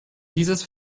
dieses